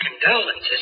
condolences